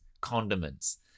condiments